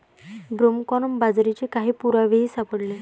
broomcorn बाजरीचे काही पुरावेही सापडले